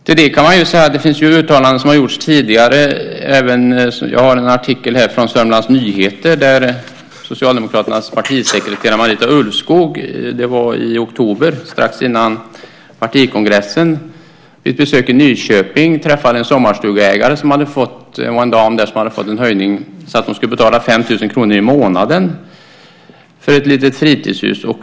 Till det kan man säga att det har gjorts uttalanden tidigare. Jag har här en artikel från Södermanlands Nyheter om när Socialdemokraternas partisekreterare Marita Ulvskog i oktober, strax före partikongressen, vid ett besök i Nyköping träffade en dam som var sommarstugeägare och hade fått en höjning som innebar att hon skulle betala 5 000 kr i månaden för ett litet fritidshus.